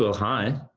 so hi.